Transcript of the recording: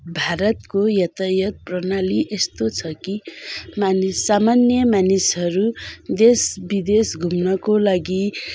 भारतको यातायत प्रणाली यस्तो छ कि मानि सामान्य मानिसहरू देश विदेश घुम्नको लागि